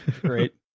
great